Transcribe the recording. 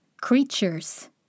creatures